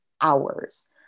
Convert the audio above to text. hours